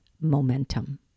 momentum